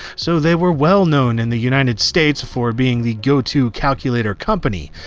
so they were well-known in the united states for being the go-to calculator company.